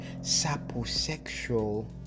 saposexual